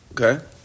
Okay